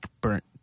burnt